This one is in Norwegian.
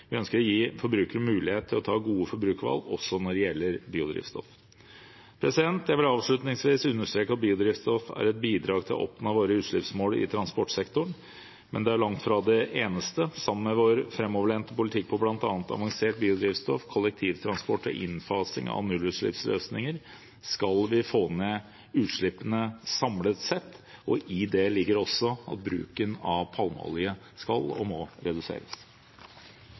Vi ønsker å gi forbrukere mulighet til å ta gode forbrukervalg også når det gjelder biodrivstoff. Jeg vil avslutningsvis understreke at biodrivstoff er et bidrag til å nå våre utslippsmål i transportsektoren, men det er langt fra det eneste. Sammen med vår framoverlente politikk for bl.a. avansert biodrivstoff, kollektivtransport og innfasing av nullutslippsløsninger skal vi få ned utslippene samlet sett. I det ligger også at bruken av palmeolje skal og må reduseres.